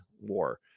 war